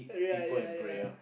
yeah yeah yeah